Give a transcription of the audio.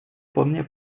вполне